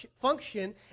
function